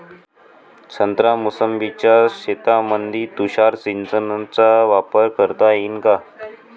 संत्रा मोसंबीच्या शेतामंदी तुषार सिंचनचा वापर करता येईन का?